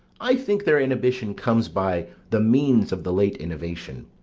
i think their inhibition comes by the means of the late innovation.